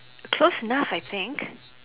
close enough I think